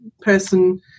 person